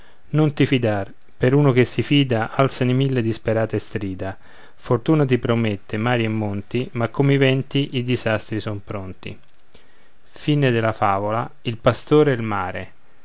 non ti fidar per uno che si fida alzano i mille disperate strida fortuna ti promette mari e monti ma come i venti i disastri son pronti a io